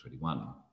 2021